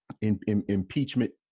impeachment